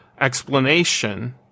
explanation